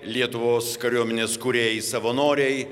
lietuvos kariuomenės kūrėjai savanoriai